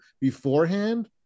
beforehand